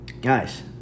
guys